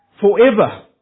forever